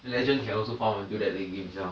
legend can also found until that late game sia